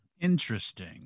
Interesting